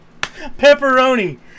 pepperoni